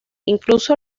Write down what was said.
incluso